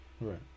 Right